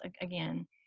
again